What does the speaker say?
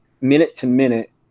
minute-to-minute